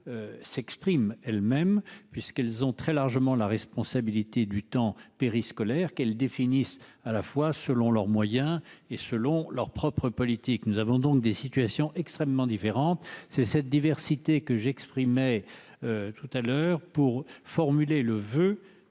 s'exprime elles-mêmes, puisqu'elles ont très largement la responsabilité du temps périscolaire, qu'elle définit à la fois selon leurs moyens, et selon leurs propres politiques, nous avons donc des situations extrêmement différentes, c'est cette diversité que j'exprimais tout à l'heure pour formuler le voeu